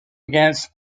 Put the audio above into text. against